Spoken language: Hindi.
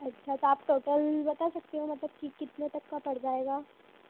अच्छा तो आप टोटल बता सकते हो मतलब की कितने तक का पड़ जाएगा